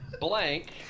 Blank